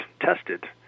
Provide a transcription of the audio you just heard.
tested